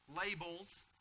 labels